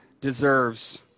deserves